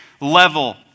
level